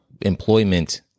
employment